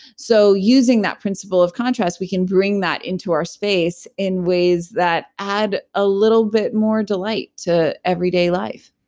so using that principle of contrast, we can bring that into our space in ways that add a little bit more delight to everyday life